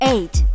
Eight